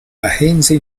agencia